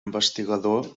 investigador